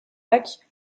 lac